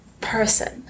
person